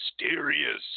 mysterious